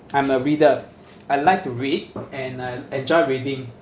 I'm a reader I like to read and I enjoy reading